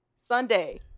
Sunday